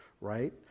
right